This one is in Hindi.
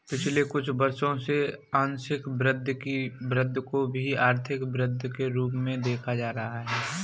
पिछले कुछ वर्षों से आंशिक वृद्धि को भी आर्थिक वृद्धि के रूप में देखा जा रहा है